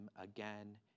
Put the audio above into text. again